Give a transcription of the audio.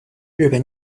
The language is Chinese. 日本